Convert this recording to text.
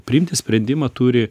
priimti sprendimą turi